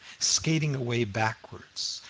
skating away backwards,